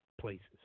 places